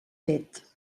fet